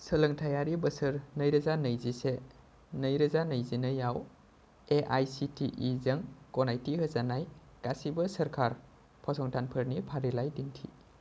सोलोंथायारि बोसोर नैरोजानैजिसे नैरोजा नैजिनैयाव A I C T E जों गनायथि होजानाय गासिबो सोरखार फसंथानफोरनि फारिलाइ दिन्थि